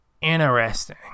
Interesting